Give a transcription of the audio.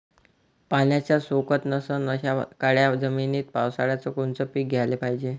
पाण्याचा सोकत नसन अशा काळ्या जमिनीत पावसाळ्यात कोनचं पीक घ्याले पायजे?